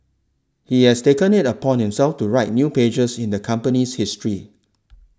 he has taken it upon himself to write new pages in the company's history